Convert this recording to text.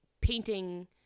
painting